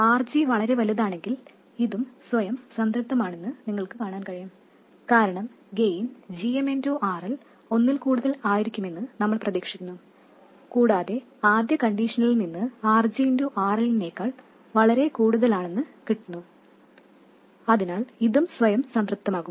RG വളരെ വലുതാണെങ്കിൽ ഇതും സ്വയം സംതൃപ്തമാണെന്ന് നിങ്ങൾക്ക് കാണാൻ കഴിയും കാരണം ഗെയിൻ gm RL ഒന്നിൽ കൂടുതൽ ആയിരിക്കുമെന്ന് നമ്മൾ പ്രതീക്ഷിക്കുന്നു കൂടാതെ ആദ്യ കണ്ടിഷനിൽ നിന്ന് RG RLനേക്കാൾ വളരെ കൂടുതലാണെന്ന് കിട്ടുന്നു അതിനാൽ ഇതും സ്വയം സംതൃപ്തമാകും